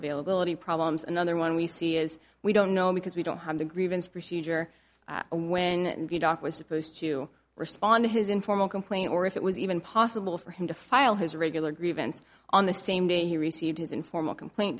availability problems another one we see is we don't know because we don't have the grievance procedure and when in view doc was supposed to respond to his informal complaint or if it was even possible for him to file his regular grievance on the same day he received his informal complaint